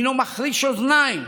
היא מחרישת אוזניים,